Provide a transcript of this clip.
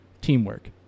Teamwork